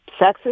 sexist